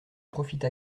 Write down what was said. profita